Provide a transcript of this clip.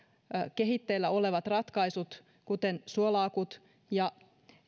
kehitteillä olevat ratkaisut kuten suola akut ja